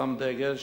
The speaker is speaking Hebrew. שם דגש